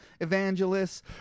evangelists